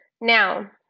Now